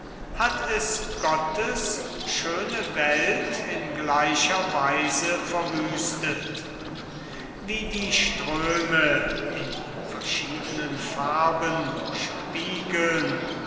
hat es gottes schöne welt in gleicher weise verwüstet wie die ströme in verschiedenen farben spiegeln